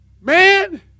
man